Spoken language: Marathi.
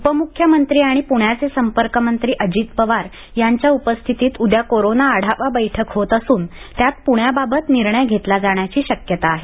उपमूख्यमंत्री आणि पुण्याचे संपर्क मंत्री अजित पवार यांच्या उपस्थितीत उद्या कोरोना आढावा बैठक होत असून त्यात पूण्याबाबत निर्णय घेतला जाण्याची शक्यता आहे